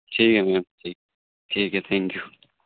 ٹھیک ہے میم ٹھیک ٹھیک ہے تھینک یو